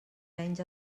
menys